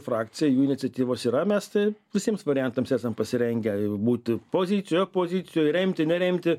frakcija jų iniciatyvos yra mes tai visiems variantams esam pasirengę būti pozicijoj opozicijoj remti neremti